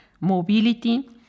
mobility